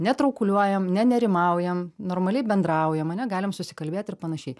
netraukuliuojam ne nerimaujam normaliai bendraujam ane galim susikalbėt ir panašiai